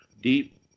deep